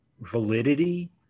validity